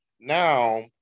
now